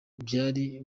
byari